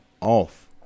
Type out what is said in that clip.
off